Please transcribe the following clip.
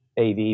AV